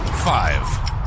Five